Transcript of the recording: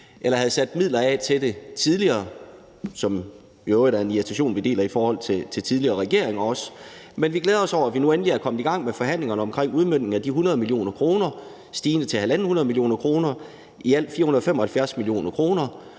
eller havde sat midler af til det tidligere; og det er i øvrigt en irritation, vi også har over for tidligere regeringer. Men vi glæder os over, at vi nu endelig er kommet i gang med forhandlingerne om udmøntningen af de 100 mio. kr. stigende til 150 mio. kr., i alt 475 mio. kr.